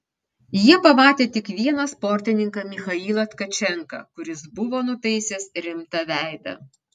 jie pamatė tik vieną sportininką michailą tkačenką kuris buvo nutaisęs rimtą veidą